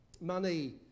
Money